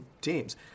teams